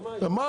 לא מהיום.